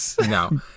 no